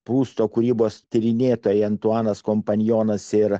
būsto kūrybos tyrinėtojai antuanas kompanionas ir